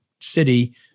city